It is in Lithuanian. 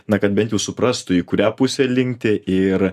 na kad bent jau suprastų į kurią pusę linkti ir